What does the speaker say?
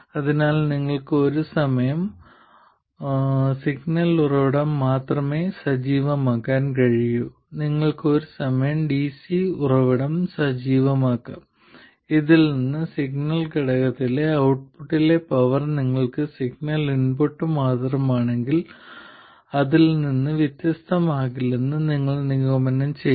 അതിനാൽ നിങ്ങൾക്ക് ഒരു സമയം സിഗ്നൽ ഉറവിടം മാത്രമേ സജീവമാക്കാൻ കഴിയൂ നിങ്ങൾക്ക് ഒരു സമയം ഡിസി ഉറവിടം സജീവമാക്കാം ഇതിൽ നിന്ന് സിഗ്നൽ ഘടകത്തിലെ ഔട്ട്പുട്ടിലെ പവർ നിങ്ങൾക്ക് സിഗ്നൽ ഇൻപുട്ട് മാത്രമാണെങ്കിൽ അതിൽ നിന്ന് വ്യത്യസ്തമാകില്ലെന്ന് നിങ്ങൾ നിഗമനം ചെയ്യും